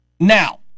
Now